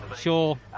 sure